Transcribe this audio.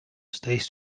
stays